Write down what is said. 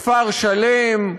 כפר-שלם,